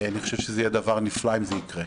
אני חושב שיהיה נפלא אם זה יקרה.